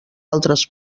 altres